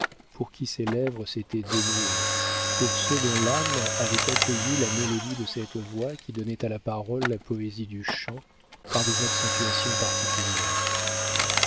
pour qui ses lèvres s'étaient dénouées pour ceux dont l'âme avait accueilli la mélodie de cette voix qui donnait à la parole la poésie du chant par des accentuations particulières